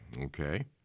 Okay